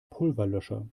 pulverlöscher